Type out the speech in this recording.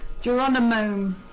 Geronimo